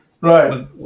Right